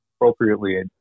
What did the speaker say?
appropriately